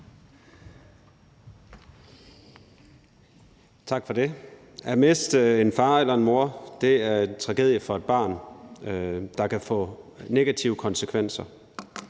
Tak for det. At miste en far eller en mor er en tragedie for et barn, der kan få negative konsekvenser.